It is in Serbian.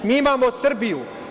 Mi imamo Srbiju.